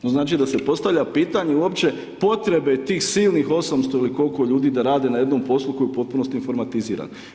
To znači da se postavlja pitanje uopće potrebe tih silnih 800 ili koliko ljudi da rade na jednom poslu koji je u potpunosti informatiziran.